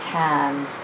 times